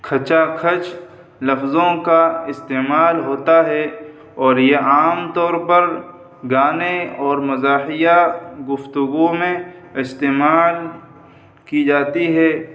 کھچا کھچ لفظوں کا استعمال ہوتا ہے اور یہ عام طور پر گانے اور مزاحیہ گفتگو میں استعمال کی جاتی ہے